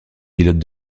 pilotes